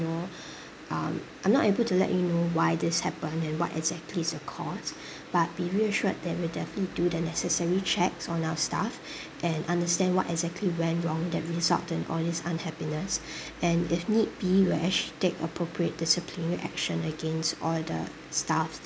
know um I'm not able to let you know why this happened and what exactly is the cause but be reassured that we'll definitely do the necessary checks on our staff and understand what exactly went wrong that result in all this unhappiness and if need be we're actually take appropriate discipline action against all the staff